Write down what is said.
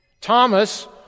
Thomas